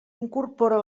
incorpora